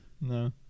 No